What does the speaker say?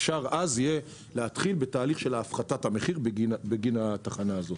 אפשר יהיה אז להתחיל בתהליך של הפחתת המחיר בגין התחנה הזאת.